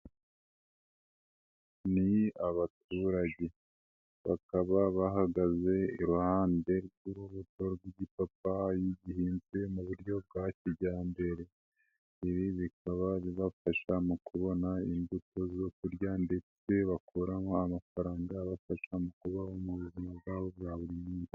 Ni abaturage, bakaba bahagaze iruhande rw'urubuto rw'igipapa gihezwe mu buryo bwa kijyambere, ibi bikaba bibafasha mu kubona imbuto zo kurya ndetse bakuramo amafaranga abafasha mu kubaho mu buzima bwabo bwa buri munsi.